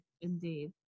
Indeed